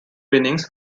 winnings